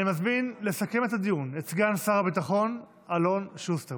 אני מזמין לסכם את הדיון את סגן שר הביטחון אלון שוסטר,